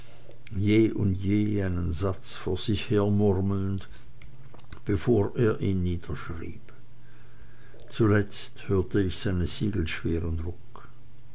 und je einen satz vor sich hermurmelnd bevor er ihn niederschrieb zuletzt hörte ich seines siegels schweren druck